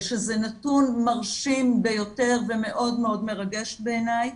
שזה נתון מרשים ביותר ומאוד מאוד מרגש בעיניי.